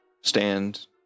stand